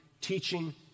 teaching